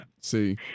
See